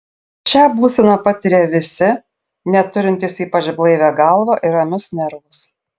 šią būseną patiria visi net turintys ypač blaivią galvą ir ramius nervus